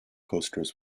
coasters